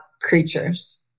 creatures